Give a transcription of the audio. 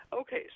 Okay